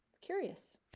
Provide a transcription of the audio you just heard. curious